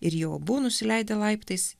ir jau abu nusileidę laiptais